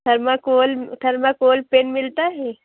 thermocol thermocol پین ملتا ہے